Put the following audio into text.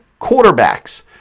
quarterbacks